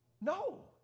No